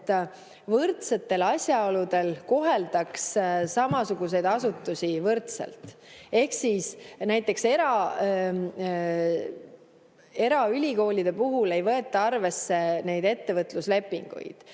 et võrdsetel asjaoludel koheldaks samasuguseid asutusi võrdselt. Näiteks eraülikoolide puhul ei võeta arvesse ettevõtluslepinguid.